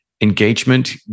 engagement